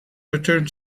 returned